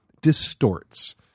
distorts